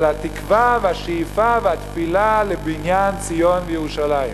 על התקווה והשאיפה והתפילה לבניין ציון וירושלים.